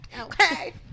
okay